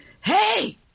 hey